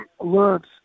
learned